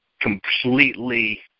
completely